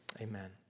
Amen